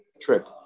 trip